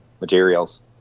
Materials